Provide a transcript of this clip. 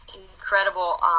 incredible